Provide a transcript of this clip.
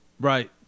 right